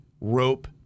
rope